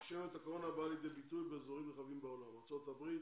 אנטישמיות הקורונה באה לידי ביטוי באזורים נרחבים בעולם ארצות הברית,